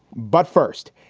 but first,